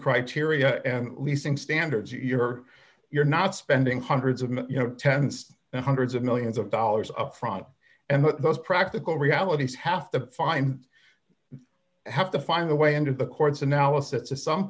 criteria and leasing standards you're you're not spending hundreds of you know tens hundreds of millions of dollars upfront and those practical realities have to find have to find a way into the courts analysis to some